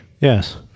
Yes